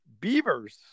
Beavers